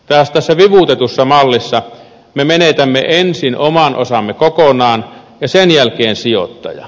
taas tässä vivutetussa mallissa me menetämme ensin oman osamme kokonaan ja sen jälkeen sijoittaja